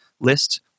list